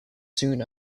soon